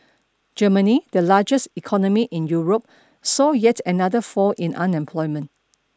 Germany the largest economy in Europe saw yet another fall in unemployment